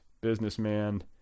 businessman